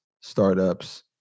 startups